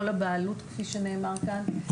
לא לבעלות כפי שנאמר כאן,